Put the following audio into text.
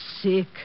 sick